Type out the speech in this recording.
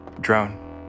Drone